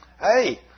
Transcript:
Hey